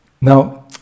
Now